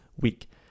week